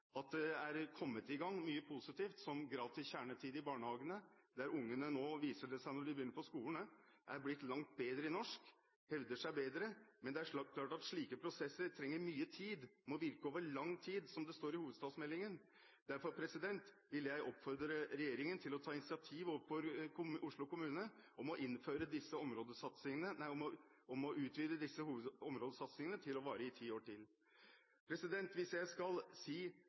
at mye positivt er kommet i gang, slik som gratis kjernetid i barnehagene, der ungene – viser det seg når de begynner på skolen – er blitt langt bedre i norsk, de hevder seg bedre. Men det er klart at slike prosesser trenger mye tid – de må virke «over lang tid», som det står i hovedstadsmeldingen, og derfor vil jeg oppfordre regjeringen til å ta initiativ overfor Oslo kommune om å utvide disse områdesatsingene til å vare i ti år til. Hvis jeg skal si